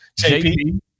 JP